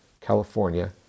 California